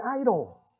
idol